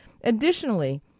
Additionally